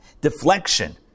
deflection